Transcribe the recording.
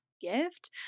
gift